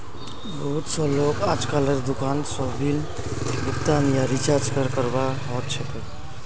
बहुत स लोग अजकालेर दुकान स बिल भुगतान या रीचार्जक करवा ह छेक